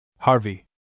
Harvey